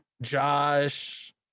Josh